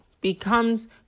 becomes